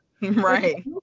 right